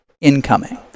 incoming